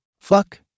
Fuck